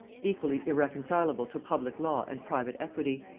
equally irreconcilable to public law and private equity.